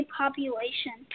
population